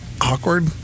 awkward